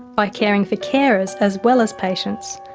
by caring for carers as well as patients,